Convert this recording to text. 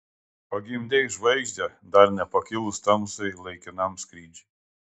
pagimdei žvaigždę dar nepakilus tamsai laikinam skrydžiui